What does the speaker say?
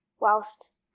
whilst